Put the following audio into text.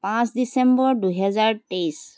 পাঁচ ডিচেম্বৰ দুহেজাৰ তেইছ